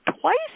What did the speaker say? twice